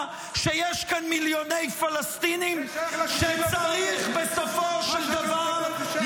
שיש כאן מיליוני פלסטינים -- זה שייך ל-6 באוקטובר.